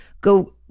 go